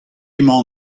emañ